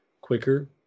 quicker